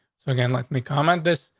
so again, let me comment this,